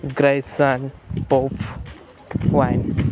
Grayson पोफ wine